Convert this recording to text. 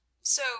so